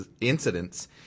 incidents